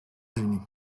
unis